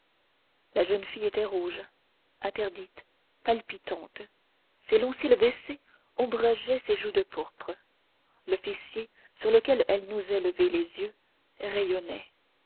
la jeune fille était rouge interdite palpitante ses longs cils baissés ombrageaient ses joues de pourpre l'officier sur lequel elle n'osait lever les yeux rayonnait